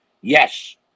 Yes